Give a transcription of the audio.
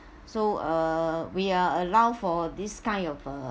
so uh we are allowed for this kind of uh